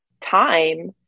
time